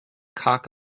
cock